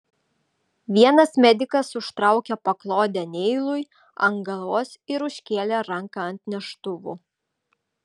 vienas medikas užtraukė paklodę neilui ant galvos ir užkėlė ranką ant neštuvų